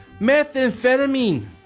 Methamphetamine